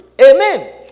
Amen